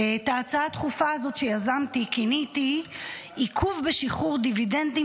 את ההצעה הדחופה הזאת שיזמתי כיניתי: עיכוב בשחרור דיבידנדים